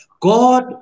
god